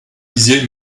dizier